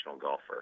golfer